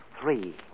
three